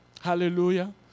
Hallelujah